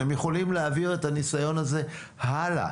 הם יכולים להעביר את הניסיון הזה הלאה.